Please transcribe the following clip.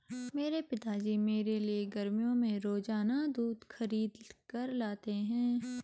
मेरे पिताजी मेरे लिए गर्मियों में रोजाना दूध खरीद कर लाते हैं